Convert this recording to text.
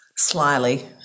Slyly